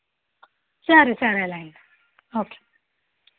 సరే సరేలెండి ఒకే